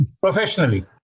professionally